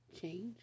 change